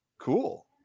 Cool